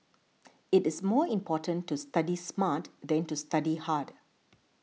it is more important to study smart than to study hard